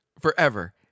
forever